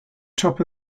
top